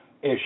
issue